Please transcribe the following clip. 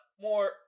More